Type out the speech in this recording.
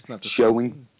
showing